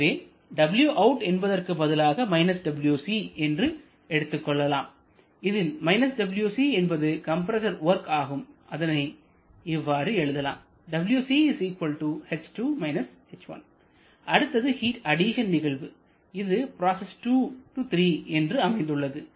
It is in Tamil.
எனவே wout என்பதற்கு பதிலாக − wc இன்று எடுத்துக் கொள்ளலாம் இதில் − wc என்பது கம்பரசர் வொர்க் ஆகும் இதனை இவ்வாறு எழுதலாம் wc h2 − h1 அடுத்தது ஹீட் அடிசன் நிகழ்வு இது ப்ராசஸ் 2 3 என்று அமைந்துள்ளது